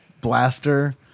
blaster